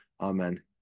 Amen